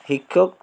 শিক্ষক